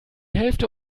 hälfte